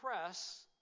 press